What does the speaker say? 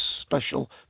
special